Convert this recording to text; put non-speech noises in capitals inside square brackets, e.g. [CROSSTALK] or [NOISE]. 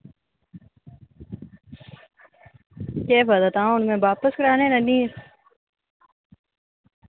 केह् पता तां हुन मैं बापस कराना [UNINTELLIGIBLE]